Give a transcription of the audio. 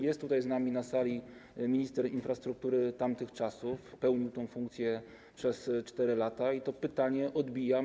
Jest tutaj z nami na sali minister infrastruktury tamtych czasów, pełnił tę funkcję przez 4 lata, i to pytanie odbijam.